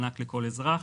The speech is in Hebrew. מענק לכל אזרח,